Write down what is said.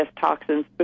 toxins